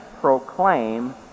proclaim